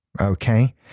Okay